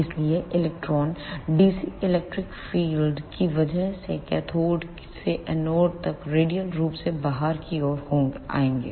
इसलिए इलेक्ट्रॉनों DC electric field ELECTRIC FIELD की वजह से कैथोड से एनोड तक रेडियल रूप से बाहर की ओर जाएंगे